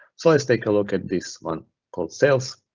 so let's take a look at this one called sales.